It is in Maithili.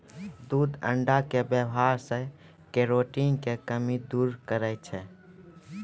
दूध अण्डा के वेवहार से केरोटिन के कमी दूर करै छै